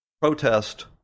protest